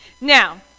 Now